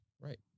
Right